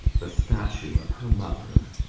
the statue of her mother.